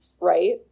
right